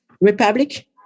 republic